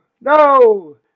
No